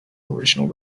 original